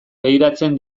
begiratzen